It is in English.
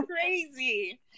Crazy